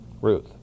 Ruth